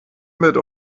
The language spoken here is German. mit